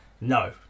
No